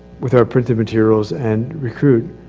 with our printed materials and recruit,